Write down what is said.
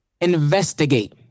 investigate